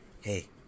hey